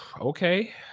okay